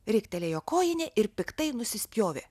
riktelėjo kojinė ir piktai nusispjovė